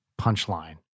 punchline